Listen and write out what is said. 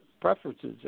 preferences